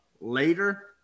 later